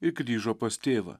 ir grįžo pas tėvą